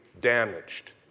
damaged